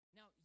Now